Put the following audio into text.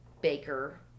baker